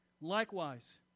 Likewise